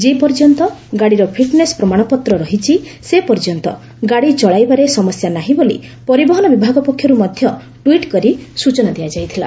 ଯେପର୍ଯ୍ୟନ୍ତ ଗାଡ଼ିର ଫିଟ୍ନେସ୍ ପ୍ରମାଶପତ୍ର ରହିଛି ସେ ପର୍ଯ୍ୟନ୍ତ ଗାଡ଼ି ଚଳାଇବାରେ ସମସ୍ୟା ନାହିଁ ବୋଲି ପରିବହନ ବିଭାଗ ପକ୍ଷରୁ ମଧ୍ୟ ଟ୍ୱିଟ୍ କରି ସୂଚନା ଦିଆଯାଇଥିଲା